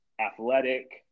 athletic